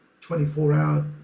24-hour